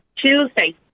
tuesday